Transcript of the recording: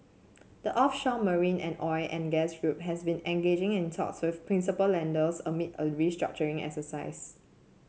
the offshore marine and oil and gas group has been engaging in talks with principal lenders amid a restructuring exercise